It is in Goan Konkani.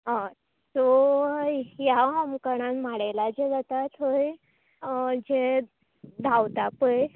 हय सो ह्या होमखणान माडेला जे जाता थंय जे धावतां पय